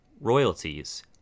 Royalties